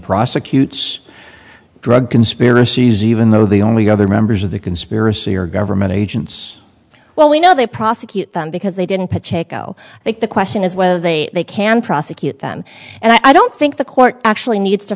prosecutes drug conspiracies even though the only other members of the conspiracy are government agents well we know they prosecute them because they didn't put taiko i think the question is whether they can prosecute them and i don't think the court actually needs to